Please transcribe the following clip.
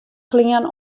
klean